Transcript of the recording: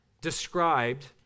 described